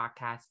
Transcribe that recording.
podcast